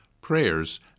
prayers